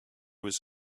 was